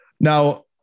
Now